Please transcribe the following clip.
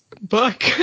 book